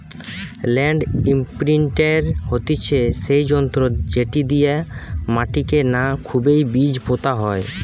land ইমপ্রিন্টের হতিছে সেই যন্ত্র যেটি দিয়া মাটিকে না খুবই বীজ পোতা হয়